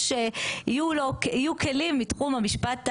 יהיו כלים מתחום המשפט המינהלי,